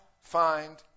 find